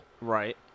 Right